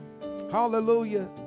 Hallelujah